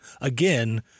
again